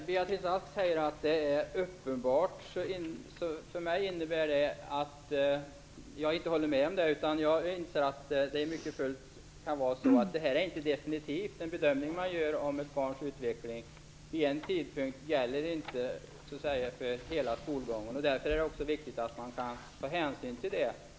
Fru talman! Beatrice Ask talade om att det kunde vara uppenbart att en elev inte skulle kunna uppnå grundskolans krav och mål. Jag håller inte med om det. Jag inser att bedömningen inte är definitivt. Den bedömning man gör av ett barns utveckling vid en viss tidpunkt gäller inte för hela skolgången, och därför är det viktigt att man kan ta hänsyn till det.